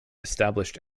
established